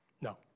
No